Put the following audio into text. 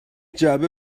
جعبه